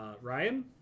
Ryan